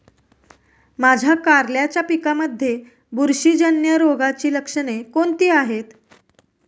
माझ्या कारल्याच्या पिकामध्ये बुरशीजन्य रोगाची लक्षणे कोणती आहेत?